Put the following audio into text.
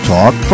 Talk